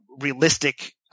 realistic